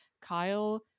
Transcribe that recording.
Kyle